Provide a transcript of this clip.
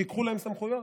שייקחו להם סמכויות.